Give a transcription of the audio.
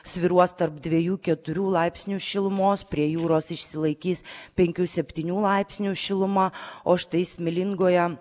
svyruos tarp dviejų keturių laipsnių šilumos prie jūros išsilaikys penkių septynių laipsnių šiluma o štai smėlingoje